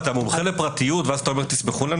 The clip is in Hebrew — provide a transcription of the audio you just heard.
אתה מומחה לפרטיות ואז אתה אומר: --- לנו?